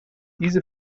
diese